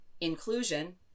inclusion